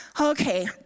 Okay